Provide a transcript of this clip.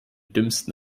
dümmsten